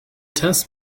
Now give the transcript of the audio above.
test